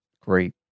great